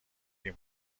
این